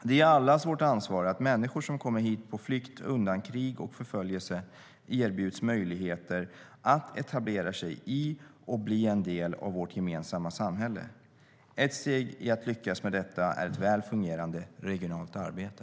Det är allas vårt ansvar att människor som kommer hit på flykt undan krig och förföljelse erbjuds möjligheter att etablera sig i och bli en del av vårt gemensamma samhälle. Ett steg i att lyckas med detta är ett välfungerande regionalt arbete.